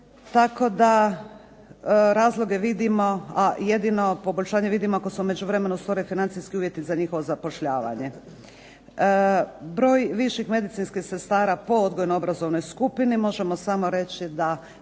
Tako da razloge vidimo, a jedino poboljšanje vidimo ako se u međuvremenu stvore financijski uvjeti za njihovo zapošljavanje. Broj viših medicinskih sestara po odgojno-obrazovnoj skupini, možemo samo reći da